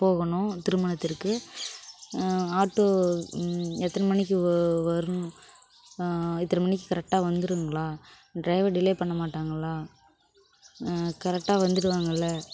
போகணும் திருமணத்திற்கு ஆட்டோ எத்தனை மணிக்கு வ வரணும் இத்தனை மணிக்கு கரெக்டாக வந்துருங்களா ட்ரைவர் டிலே பண்ண மாட்டங்களா கரெக்டாக வந்துடுவாங்கள்ல